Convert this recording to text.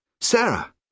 Sarah